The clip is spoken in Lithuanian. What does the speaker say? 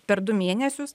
per du mėnesius